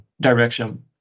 direction